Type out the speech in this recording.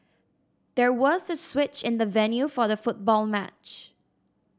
there was a switch in the venue for the football match